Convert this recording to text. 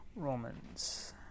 Romans